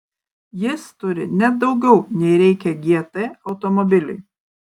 jis turi net daugiau nei reikia gt automobiliui